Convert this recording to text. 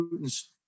Putin's